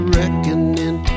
reckoning